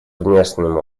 внешним